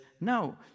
no